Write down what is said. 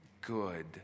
good